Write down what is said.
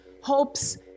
hopes